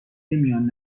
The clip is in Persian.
میان